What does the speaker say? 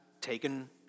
taken